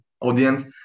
audience